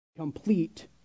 complete